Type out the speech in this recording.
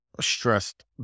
stressed